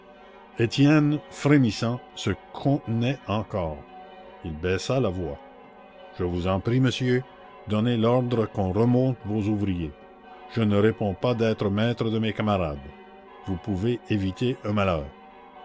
étienne frémissant se contenait encore il baissa la voix je vous en prie monsieur donnez l'ordre qu'on remonte vos ouvriers je ne réponds pas d'être maître de mes camarades vous pouvez éviter un malheur